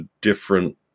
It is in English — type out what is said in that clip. different